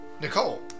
Nicole